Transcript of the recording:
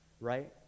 right